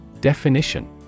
Definition